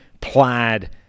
plaid